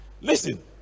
Listen